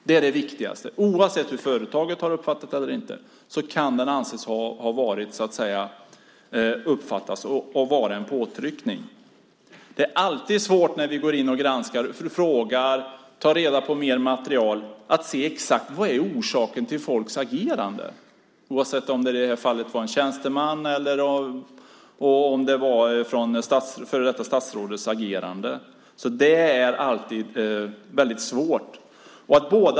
Det är det viktigaste. Oavsett hur företaget har uppfattat kontakten kan den uppfattas som och vara en påtryckning. Det är alltid svårt när vi går in och granskar - när vi frågar och tar reda på mer material - att exakt se vad som är orsaken till folks agerande, oavsett om det i det här fallet var en tjänstemans eller ett före detta statsråds agerande. Sådant är alltid väldigt svårt.